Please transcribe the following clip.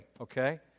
okay